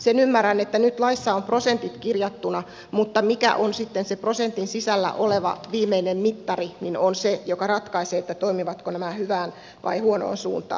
sen ymmärrän että nyt laissa on prosentit kirjattuna mutta se mikä on sitten se prosentin sisällä oleva viimeinen mittari on se joka ratkaisee toimivatko nämä hyvään vai huonoon suuntaan